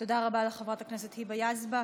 תודה רבה לחברת הכנסת היבה יזבק.